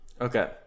Okay